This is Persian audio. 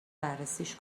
بررسیش